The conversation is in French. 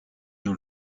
dans